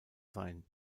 sein